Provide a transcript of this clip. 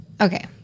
okay